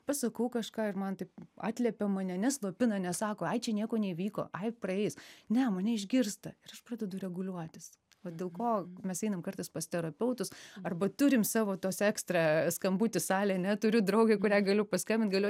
pasakau kažką ir man tai atliepia mane neslopina nesako ai čia nieko neįvyko ai praeis ne mane išgirsta ir aš pradedu reguliuotis o dėl ko mes einam kartais pas terapeutus arba turim savo tuos ekstra skambutį salei ane turiu draugę kuriai galiu paskambint galiu